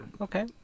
Okay